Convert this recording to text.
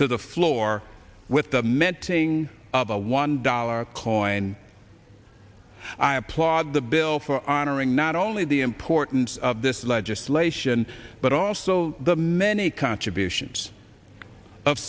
to the floor with the mentoring of a one dollar coin i applaud the bill for honoring not only the importance of this legislation but also the many contributions